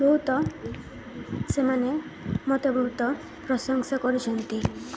ବହୁତ ସେମାନେ ମୋତେ ବହୁତ ପ୍ରଶଂସା କରିଛନ୍ତି